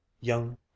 young